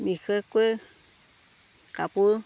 বিশেষকৈ কাপোৰ